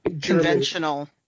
conventional